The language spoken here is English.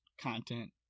content